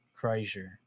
Kreiser